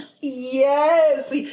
Yes